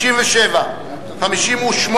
57, 58